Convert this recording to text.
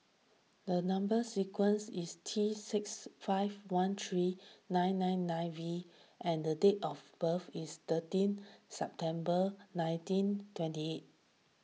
the Number Sequence is T six five one three nine nine nine V and date of birth is thirteen September nineteen twenty eight